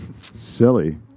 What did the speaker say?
Silly